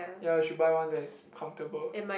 ya you should buy one that is comfortable